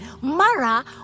Mara